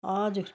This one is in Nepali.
हजुर